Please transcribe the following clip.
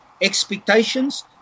Expectations